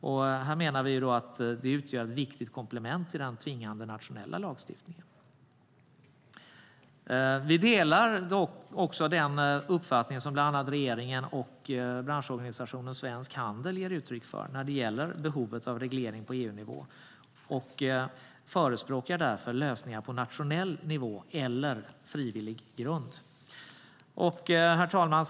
Vi menar att de utgör ett viktigt komplement till den tvingande nationella lagstiftningen. Vi delar också den uppfattning som bland annat regeringen och branschorganisationen Svensk Handel ger uttryck för när det gäller behovet av en reglering på EU-nivå och förespråkar därför lösningar på nationell nivå eller på frivillig grund. Herr talman!